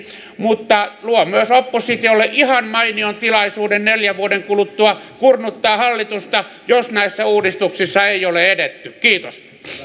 mutta luo myös oppositiolle ihan mainion tilaisuuden neljän vuoden kuluttua kurmuuttaa hallitusta jos näissä uudistuksissa ei ole edetty kiitos arvoisa